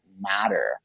matter